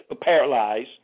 paralyzed